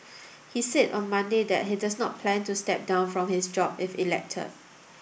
he said on Monday that he does not plan to step down from his job if elected